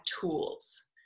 tools